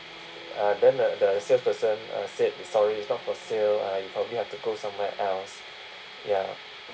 uh then the the salesperson uh said sorry it's not for sale uh you probably have to go somewhere else ya